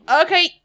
okay